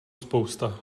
spousta